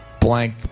blank